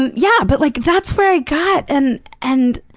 and yeah, but like, that's where i got, and. and